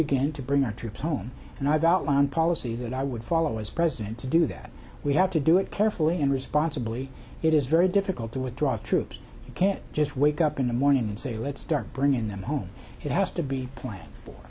begin to bring our troops home and i've outlined policy that i would follow as president to do that we have to do it carefully and responsibly it is very difficult to withdraw troops you can't just wake up in the morning and say let's start bringing them home it has to be planned for